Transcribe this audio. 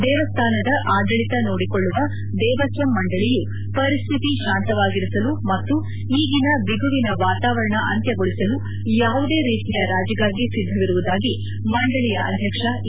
ದೇವಸ್ಥಾನದ ಆಡಳಿತ ನೋಡಿಕೊಳ್ಳುವ ದೇವಸ್ವಂ ಮಂಡಳಿಯು ಪರಿಸ್ಥಿತಿ ಶಾಂತವಾಗಿಸಲು ಮತ್ತು ಈಗಿನ ಬಿಗುವಿನ ವಾತಾವರಣ ಅಂತ್ಯಗೊಳಿಸಲು ಯಾವುದೇ ರೀತಿಯ ರಾಜಿಗಾಗಿ ಸಿದ್ಧವಿರುವುದಾಗಿ ಮಂಡಳಿಯ ಅಧ್ಯಕ್ಷ ಎ